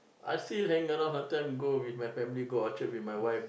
I see you hang around sometimes go with my family go Orchard with my wife